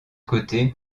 côté